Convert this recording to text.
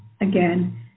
again